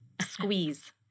squeeze